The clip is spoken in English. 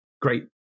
great